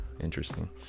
Interesting